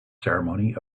ceremony